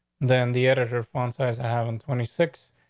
then the editor font size having twenty six.